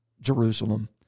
Jerusalem